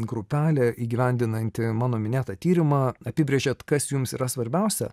grupelė įgyvendinanti mano minėtą tyrimą apibrėžėt kas jums yra svarbiausia